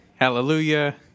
hallelujah